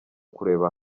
kureba